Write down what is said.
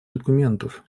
документов